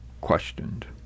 questioned